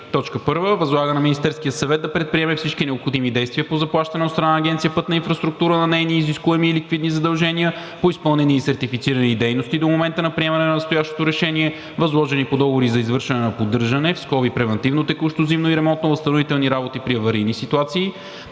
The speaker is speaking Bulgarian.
РЕШИ: 1. Възлага на Министерския съвет да предприеме всички необходими действия по заплащане от страна на Агенция „Пътна инфраструктура“ на нейни изискуеми и ликвидни задължения по изпълнени и сертифицирани дейности до момента на приемане на настоящото решение, възложени по договори за извършване на поддържане (превантивно, текущо, зимно и ремонтно-възстановителни работи при аварийни ситуации)